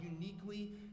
uniquely